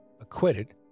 acquitted